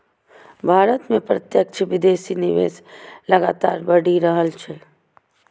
भारत मे प्रत्यक्ष विदेशी निवेश लगातार बढ़ि रहल छै